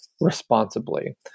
responsibly